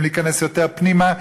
האם להיכנס יותר פנימה.